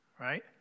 right